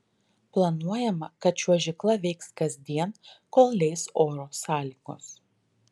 planuojama kad čiuožykla veiks kasdien kol leis oro sąlygos